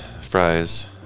fries